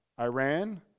Iran